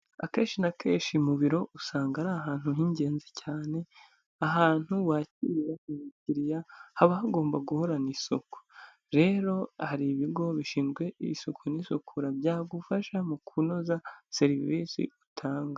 Akenshi na kenshi mu biro usanga ari ahantu h'ingenzi cyane, ahantu wakirira umukiriya haba hagomba guhorana isuku, rero hari ibigo bishinzwe isuku n'isukura byagufasha mu kunoza serivisi utanga.